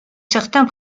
certains